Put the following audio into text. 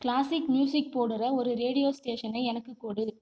classic music போடுகிற ஒரு radio ஸ்டேஷனை எனக்குக் கொடு